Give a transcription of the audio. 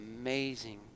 amazing